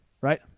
right